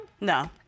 No